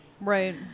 Right